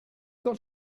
got